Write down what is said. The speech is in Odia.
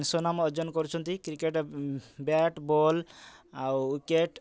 ସୁନାମ ଅର୍ଜନ କରୁଛନ୍ତି କ୍ରିକେଟ୍ ବ୍ୟାଟ୍ ବଲ୍ ଆଉ ଉଇକେଟ୍